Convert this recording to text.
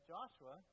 Joshua